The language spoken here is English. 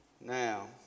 Now